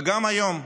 וגם היום,